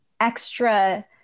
extra